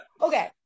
Okay